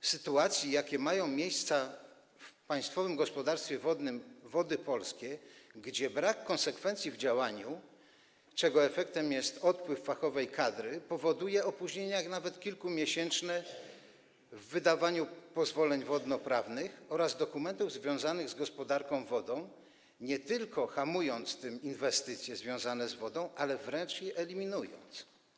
sytuacji, jakie mają miejsce w Państwowym Gospodarstwie Wodnym Wody Polskie, gdzie brak konsekwencji w działaniu, czego efektem jest odpływ fachowej kadry, powoduje opóźnienia nawet kilkumiesięczne w wydawaniu pozwoleń wodnoprawnych oraz dokumentów związanych z gospodarką wodną, nie tylko hamując tym inwestycje związane z wodą, ale wręcz je eliminując.